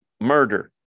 murder